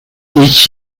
each